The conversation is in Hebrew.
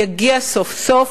יגיע סוף סוף,